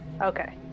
Okay